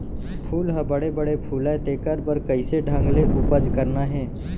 फूल ह बड़े बड़े फुलय तेकर बर कइसे ढंग ले उपज करना हे